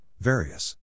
various